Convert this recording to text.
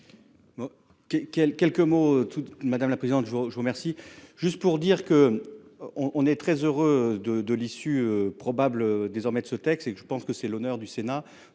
quelques mots tout madame la présidente, je vous je vous remercie. Juste pour dire que on on est très heureux de de l'issue probable désormais de ce texte et que je pense que c'est l'honneur du Sénat